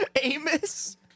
Amos